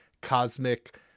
cosmic